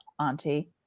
auntie